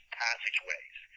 passageways